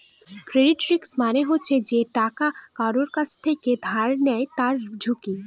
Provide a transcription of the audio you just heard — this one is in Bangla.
ক্রেডিট রিস্ক মানে হচ্ছে যে টাকা কারুর কাছ থেকে ধার নেয় তার ঝুঁকি